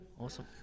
Awesome